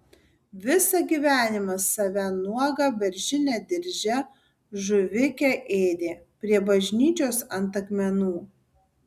visą gyvenimą save nuogą beržine dirže žuvikę ėdė prie bažnyčios ant akmenų